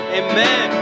amen